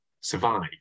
survive